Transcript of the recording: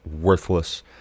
worthless